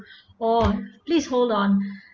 oh please hold on